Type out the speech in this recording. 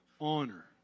honor